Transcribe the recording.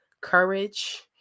courage